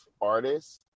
artists